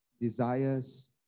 desires